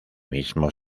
mismo